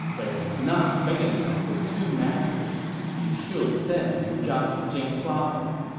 but it's not big enough for two masters. you should send liu zhang to jing province.